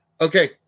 Okay